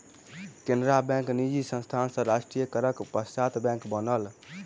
Canara bank निजी संस्थान सॅ राष्ट्रीयकरणक पश्चात बैंक बनल